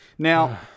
Now